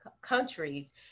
countries